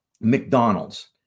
McDonald's